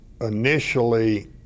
Initially